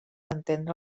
entendre